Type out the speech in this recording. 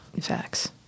facts